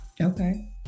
Okay